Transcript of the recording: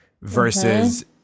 Versus